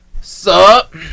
Sup